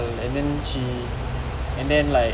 and then she and then like